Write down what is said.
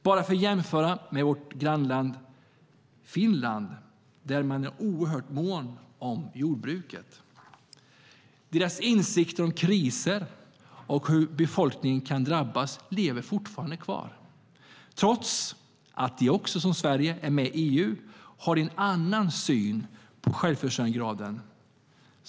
Jag kan jämföra med vårt grannland Finland, där de är oerhört måna om jordbruket. Deras insikter om kriser och hur befolkningen kan drabbas lever fortfarande kvar. Trots att de liksom Sverige är med i EU har de en annan syn på självförsörjningsgraden.